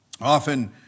Often